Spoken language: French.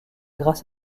grâce